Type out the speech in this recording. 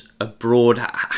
abroad